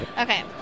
Okay